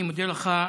אני מודה לך,